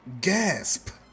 Gasp